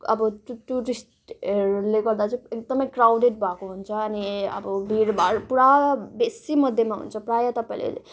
आब टु टुरिस्टहरूले गर्दा चाहिँ एकदमै क्राउडेड भएको हुन्छ अनि अब भिडभाड पुरा बेसी मध्येमा हुन्छ प्रायः तपाईँले